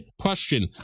question